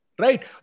right